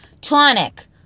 Tonic